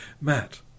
Matt